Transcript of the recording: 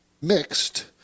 mixed